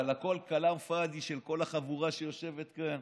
אבל הכול כלאם פאדי של כל החבורה שיושבת כאן.